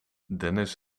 dennis